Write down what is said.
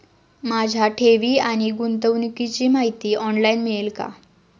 माझ्या ठेवी आणि गुंतवणुकीची माहिती ऑनलाइन मिळेल का?